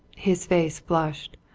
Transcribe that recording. his face flushed,